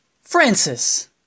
Francis